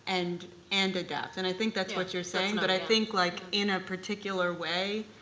and and adapt. and i think that's what you're saying. but i think like in a particular way,